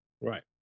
Right